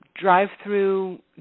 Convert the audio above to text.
Drive-through